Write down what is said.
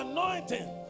Anointing